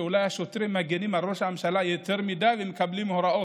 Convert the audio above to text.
שאולי השוטרים מגינים על ראש הממשלה יותר מדי ומקבלים הוראות.